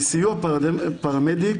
בסיוע פרמדיק,